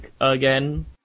again